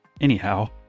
Anyhow